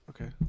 Okay